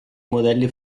modelli